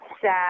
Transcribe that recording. sad